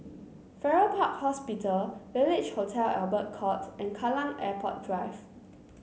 Farrer Park Hospital Village Hotel Albert Court and Kallang Airport Drive